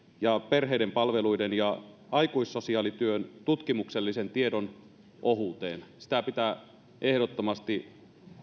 ja perheiden palveluiden ja aikuissosiaalityön tutkimuksellisen tiedon ohuuteen sitä pitää ehdottomasti